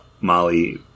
Molly